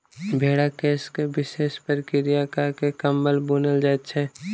भेंड़क केश के विशेष प्रक्रिया क के कम्बल बुनल जाइत छै